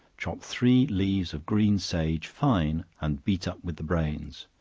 chop three leaves of green sage fine, and beat up with the brains,